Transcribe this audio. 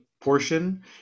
portion